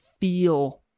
feel